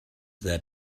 that